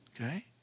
Okay